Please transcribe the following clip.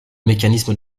mécanisme